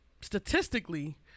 Statistically